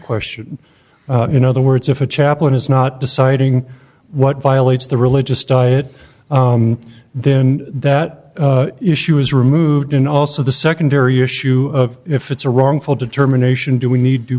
question in other words if a chaplain is not deciding what violates the religious diet then that issue is removed and also the secondary issue if it's a wrongful determination do we need